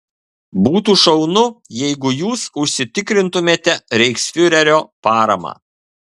būtų šaunu jeigu jūs užsitikrintumėte reichsfiurerio paramą